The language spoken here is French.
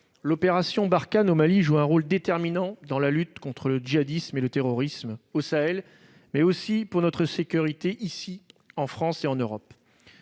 L'opération Barkhane au Mali joue un rôle déterminant dans la lutte contre le djihadisme et le terrorisme au Sahel, mais aussi pour notre sécurité, ici, en France et en Europe.